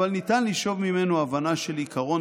אבל ניתן לשאוב ממנו הבנה של עיקרון